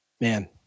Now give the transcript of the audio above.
Man